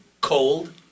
cold